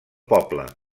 poble